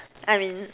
I mean